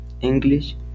English